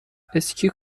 اسکی